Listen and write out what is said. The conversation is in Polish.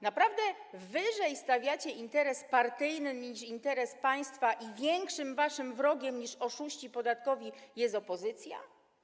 Naprawdę wyżej stawiacie interes partyjny niż interes państwa i większym waszym wrogiem niż oszuści podatkowi jest opozycja?